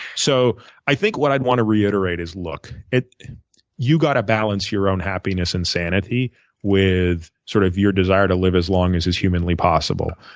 so i think what i'd want to reiterate is, look, you got to balance your own happiness and sanity with sort of your desire to live as long as is humanly possible.